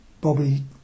Bobby